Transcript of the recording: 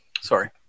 Sorry